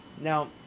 Now